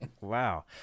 Wow